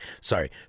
sorry